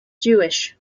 jewish